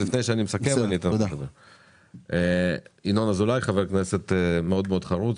פה ינון אזולאי, ח"כ מאוד חרוץ,